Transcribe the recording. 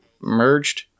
merged